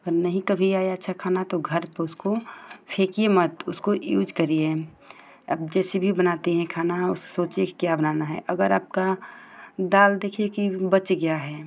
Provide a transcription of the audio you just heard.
अगर नहीं कभी आए अच्छा खाना तो घर पर उसको फेकिए मत उसको यूज करिए आप जैसे भी बनाती हैं खाना वह सोचिए कि क्या बनाना है अगर आपकी दाल देखिए कि बच गई है